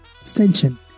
extension